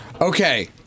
Okay